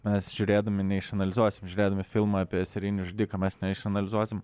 mes žiūrėdami neišanalizuosim žiūrėdami filmą apie serijinį žudiką mes neišanalizuosim